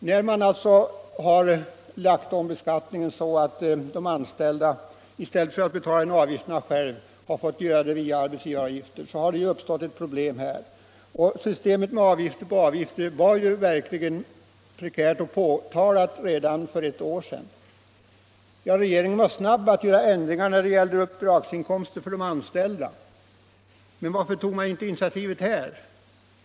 När beskattningen lagts om så att de anställda inte själva betalar socialförsäkringsavgifterna utan de tas ut via arbetsgivaravgiften har det uppstått problem med systemet med avgifter på avgifter för egenföretagarna. Problemet påtalades ju redan för ett år sedan. Regeringen var snabb att göra ändringar i den del som gällde uppdragsinkomster för anställda, men varför tog man inget initiativ här?